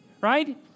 right